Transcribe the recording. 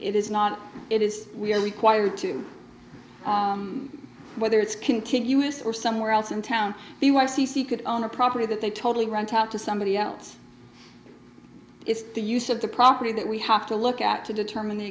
it is not it is we are required to whether it's continuous or somewhere else in town the y c c could own a property that they totally run talk to somebody else it's the use of the property that we have to look at to determine the